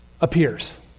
appears